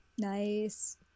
nice